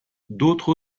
d’autres